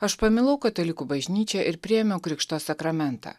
aš pamilau katalikų bažnyčią ir priėmiau krikšto sakramentą